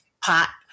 pot